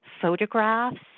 photographs